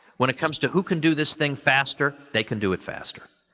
when it comes to who can do this thing faster, they can do it faster.